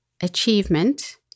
achievement